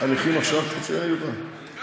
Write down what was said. הנכים עכשיו, לא,